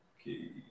Okay